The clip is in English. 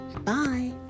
Bye